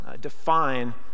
Define